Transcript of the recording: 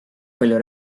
palju